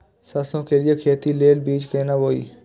सरसों के लिए खेती के लेल बीज केना बोई?